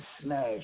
smash